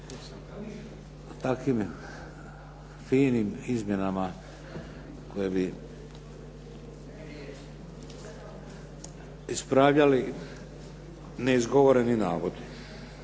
takvim finim izmjenama koje bi ispravljali neizgovoreni navod.